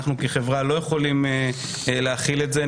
אנחנו כחברה לא יכולים להכיל את זה.